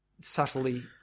subtly